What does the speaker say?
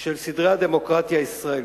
של סדרי הדמוקרטיה הישראלית.